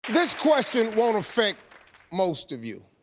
this question won't affect most of you.